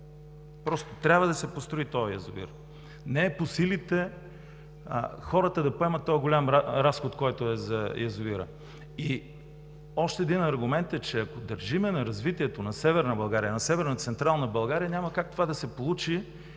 язовирът. Трябва да се построи този язовир. Не е по силите на хората да поемат този голям разход, който е за язовира. Още един аргумент е, че ако държим на развитието на Северна и Централна България няма как това да се получи